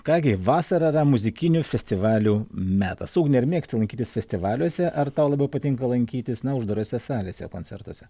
ką gi vasara ra muzikinių festivalių metas ugne ar mėgsti lankytis festivaliuose ar tau labiau patinka lankytis na uždarose salėse koncertuose